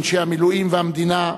אנשי המילואים והמדינה,